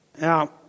Now